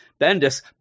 Bendis